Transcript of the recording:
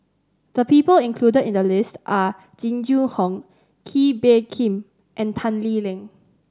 the people included in the list are Jing Jun Hong Kee Bee Khim and Tan Lee Leng